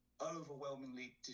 overwhelmingly